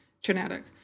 genetic